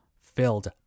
filled